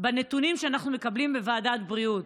בנתונים שאנחנו מקבלים בוועדת בריאות.